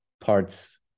parts